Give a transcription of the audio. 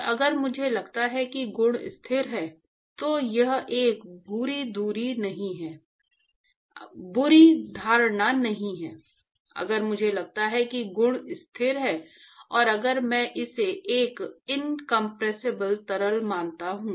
और अगर मुझे लगता है कि गुण स्थिर हैं तो यह एक बुरी धारणा नहीं है अगर मुझे लगता है कि गुण स्थिर हैं और अगर मैं इसे एक इंसोम्प्रेसिब्ल तरल मानता हूं